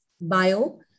bio